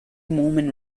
mormon